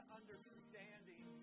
understanding